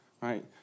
right